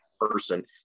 person